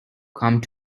come